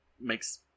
makes